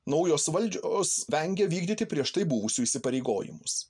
naujos valdžios vengia vykdyti prieš tai buvusių įsipareigojimus